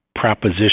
proposition